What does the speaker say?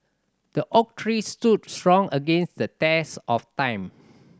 the oak tree stood strong against the test of time